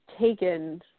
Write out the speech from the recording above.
taken